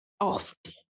often